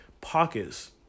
pockets